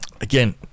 again